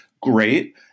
great